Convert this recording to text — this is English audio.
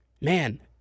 man